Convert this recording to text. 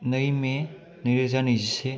नै मे नैरोजा नैजिसे